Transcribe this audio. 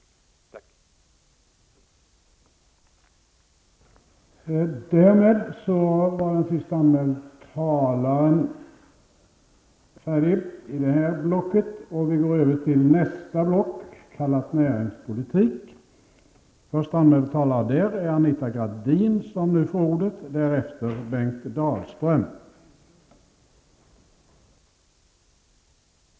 Tack!